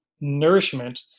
nourishment